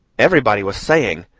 everybody was saying,